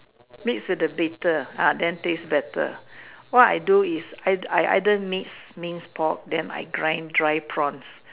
miss the bitter identify the better why do you this I I I don't miss means poll them I cream dry prance